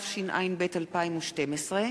התשע"ב 2012,